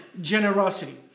generosity